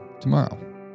tomorrow